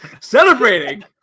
Celebrating